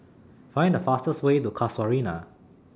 Find The fastest Way to Casuarina